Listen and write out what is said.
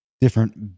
different